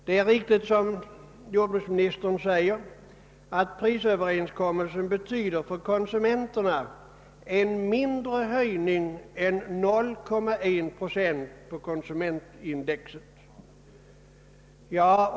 Det är riktigt som jordbruksministern säger att prisöverenskommelsen för konsumenterna betyder en mindre höjning än 0,1 procent på konsument index.